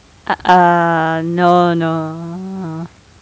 uh no no